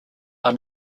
are